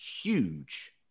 huge